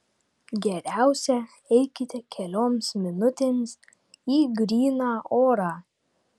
geriausia eikite kelioms minutėms į gryną orą